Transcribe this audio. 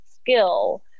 skill